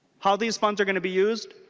how these funds are going to be used?